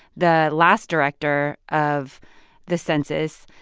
the last director of the census,